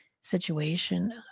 situation